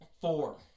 Four